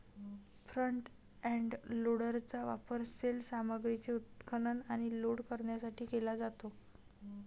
front end लोडरचा वापर सैल सामग्रीचे उत्खनन आणि लोड करण्यासाठी केला जातो